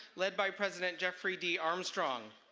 led by president jeffrey d armstrong.